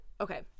Okay